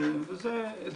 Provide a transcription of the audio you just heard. וזה אתגר.